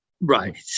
right